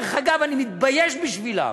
דרך אגב, אני מתבייש בשבילם.